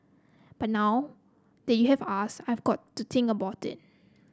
but now that you have asked I've got to think about it